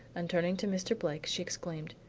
and turning to mr. blake she exclaimed,